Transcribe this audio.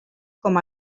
com